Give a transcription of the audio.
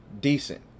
Decent